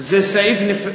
זה סעיף נפרד,